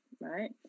Right